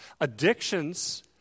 Addictions